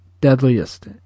deadliest